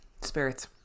spirits